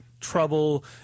trouble